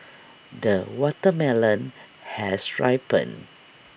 the watermelon has ripened